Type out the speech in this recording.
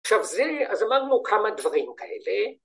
‫עכשיו זה, אז אמרנו כמה דברים כאלה.